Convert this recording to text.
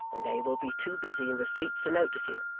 and they will be too busy in the streets to notice you.